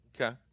Okay